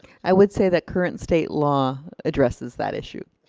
i would say that current state law addresses that issue.